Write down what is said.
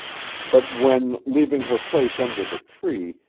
but when, leaving her place under the tree,